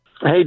Hey